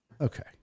Okay